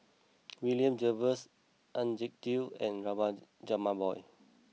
William Jervois Ajit Gill and Rajabali Jumabhoy